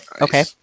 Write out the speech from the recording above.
okay